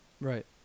right